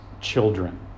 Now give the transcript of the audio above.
children